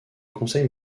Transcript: conseil